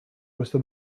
questo